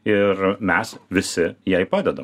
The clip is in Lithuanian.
ir mes visi jai padedam